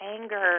anger